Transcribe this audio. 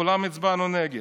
כולנו הצבענו נגד,